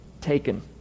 taken